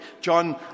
John